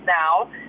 now